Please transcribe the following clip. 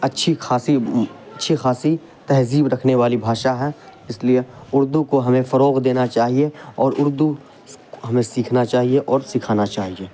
اچھی خاصی اچھی خاصی تہذیب رکھنے والی بھاشا ہے اس لیے اردو کو ہمیں فروغ دینا چاہیے اور اردو ہمیں سیکھنا چاہیے اور سکھانا چاہیے